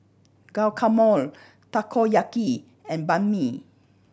Guacamole Takoyaki and Banh Mi